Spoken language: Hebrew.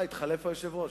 התחלף היושב-ראש.